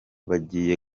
bagiye